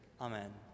Amen